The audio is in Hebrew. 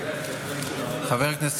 חבר הכנסת